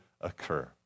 occur